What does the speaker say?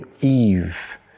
eve